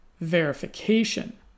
verification